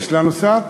יש לנו שר?